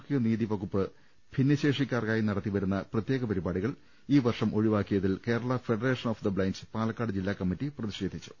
ഹിക നീതി വകുപ്പ് ഭിന്നശേഷിക്കാർക്കായി നടത്തിവരുന്ന പ്രത്യേക പരി പാടികൾ ഈ വർഷം ഒഴിവാക്കിയതിൽ Kerala Federation of the Blind Palakkad ജില്ലാ കമ്മിറ്റി പ്രതിഷേധിച്ചു